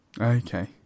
Okay